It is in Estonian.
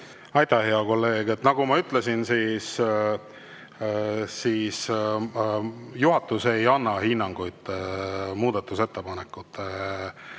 Aitäh, hea kolleeg! Nagu ma ütlesin, juhatus ei anna hinnanguid muudatusettepanekute